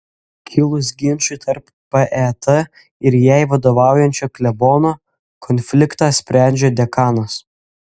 kilus ginčui tarp pet ir jai vadovaujančio klebono konfliktą sprendžia dekanas